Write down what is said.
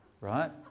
Right